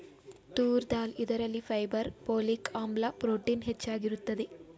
ತೂರ್ ದಾಲ್ ಇದರಲ್ಲಿ fibre, folic ಆಮ್ಲ, protein ಹೆಚ್ಚಾಗಿರುತ್ತದೆ